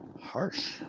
harsh